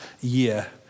year